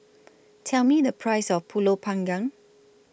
Tell Me The Price of Pulut Panggang